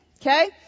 Okay